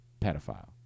pedophile